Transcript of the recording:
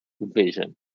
vision